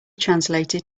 translated